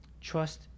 Trust